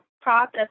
process